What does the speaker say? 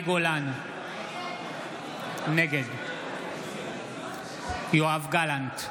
נגד יואב גלנט,